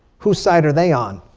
whose side are they on?